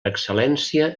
excel·lència